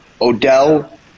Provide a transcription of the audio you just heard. Odell